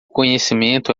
conhecimento